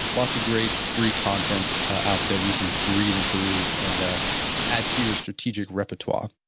lots of great free content out there you can read and peruse and ah add to your strategic repertoire